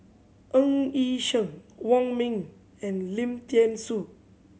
Ng Yi Sheng Wong Ming and Lim Thean Soo